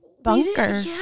bunker